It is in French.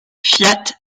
fiat